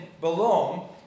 belong